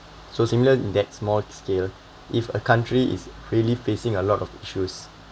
so similar in that small scale if a country is really facing a lot of issues